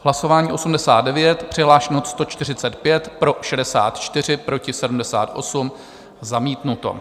Hlasování 89, přihlášeno 145, pro 64, proti 78, zamítnuto.